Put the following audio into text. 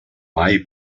mai